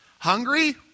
Hungry